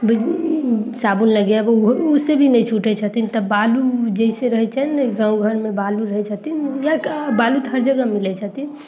साबुन लगाएब ओ से भी नहि छूटै छथिन तऽ बालू जैसे रहै छै ने गाँव घरमे बालू रहै छथिन या बालू तऽ हर जगह मिलै छथिन